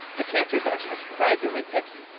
the connectors are surprisingly picky,